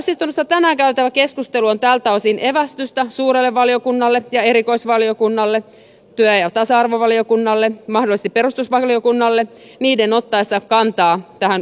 täysistunnossa tänään käytävä keskustelu on tältä osin evästystä suurelle valiokunnalle ja erikoisvaliokunnalle työ ja tasa arvovaliokunnalle mahdollisesti perustuslakivaliokunnalle niiden ottaessa kantaa tähän u asiaan